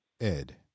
Ed